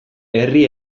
herri